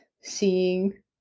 seeing